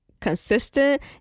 consistent